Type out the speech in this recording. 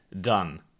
done